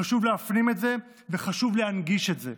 חשוב להפנים את זה וחשוב להנגיש את זה.